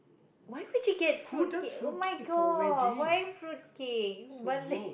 why would you get fruit cake oh-my-god why fruit cake you Malay